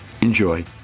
enjoy